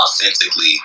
authentically